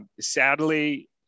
Sadly